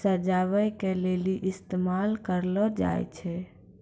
सजाबै के लेली इस्तेमाल करलो जाय छै